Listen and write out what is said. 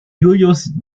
julius